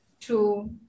True